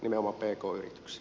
arvoisa puhemies